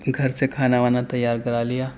گھر سے کھانا وانا تیار کرا لیا